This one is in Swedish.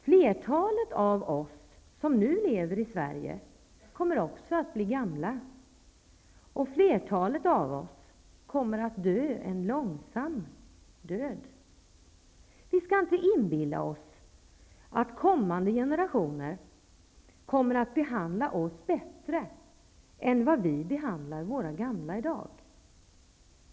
Flertalet av oss som lever i Sverige kommer att bli gamla, och flertalet kommer att dö en långsam död. Vi skall inte inbilla oss att kommande generationer kommer att behandla oss bättre än vad vi behandlar våra gamla i dag.